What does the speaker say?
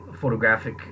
photographic